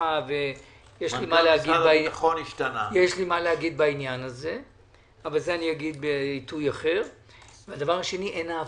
ויש לי מה להגיד בעניין הזה; ושנית, אין העברות.